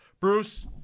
Bruce